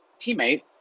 teammate